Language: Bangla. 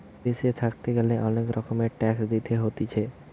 দেশে থাকতে গ্যালে অনেক রকমের ট্যাক্স দিতে হতিছে